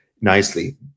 nicely